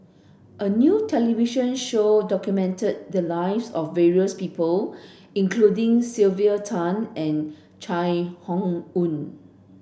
a new television show documented the lives of various people including Sylvia Tan and Chai Hon Yoong